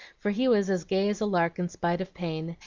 for he was as gay as a lark in spite of pain,